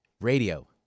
Radio